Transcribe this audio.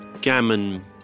gammon